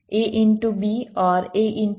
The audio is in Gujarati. B OR A